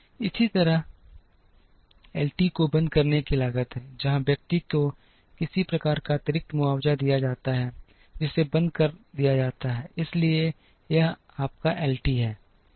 इसी तरह L T को बंद करने की लागत है जहां व्यक्ति को किसी प्रकार का अतिरिक्त मुआवजा दिया जाता है जिसे बंद कर दिया जाता है इसलिए यह आपका एल टी है